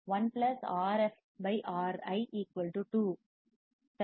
1 Rf Ri 2 சரி